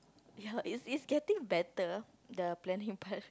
yeah its its getting better the planning part